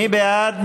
מי בעד?